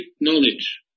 knowledge